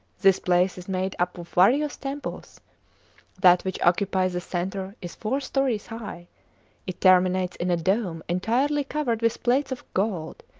this place is made up of various temples that which occupies the centre is four stories high it terminates in a dome entirely covered with plates of gold.